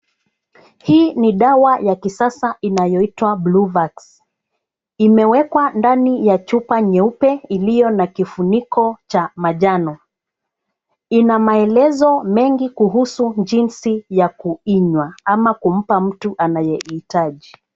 Hii ni dawa ya kisasa inayoitwa bluvax , imewekwa ndani ya chupa nyeupe iliyo na kifuniko cha manjano. Ina maelezo mengi kuhusu jinsi ya kuinywa ama kumpa mtu anayeihitaji.